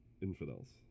infidels